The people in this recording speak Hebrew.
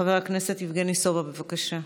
חבר הכנסת יבגני סובה, בבקשה.